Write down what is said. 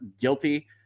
guilty